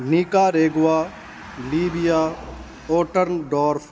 mica ریگوا Libya آٹرن dwarf